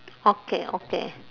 okay okay